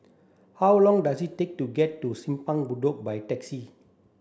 how long does it take to get to Simpang Bedok by taxi